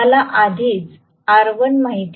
मला आधीच R1 माहित आहे